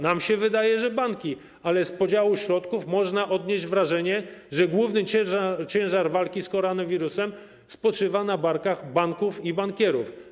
Nam się wydaje, że nie banki, ale z podziału środków można odnieść wrażenie, że główny ciężar walki z koronawirusem spoczywa na barkach banków i bankierów.